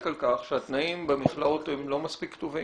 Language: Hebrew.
על כך שהתנאים במכלאות לא מספיק טובים.